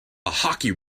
hockey